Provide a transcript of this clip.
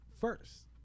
first